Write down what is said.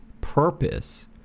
purpose